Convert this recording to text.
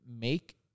make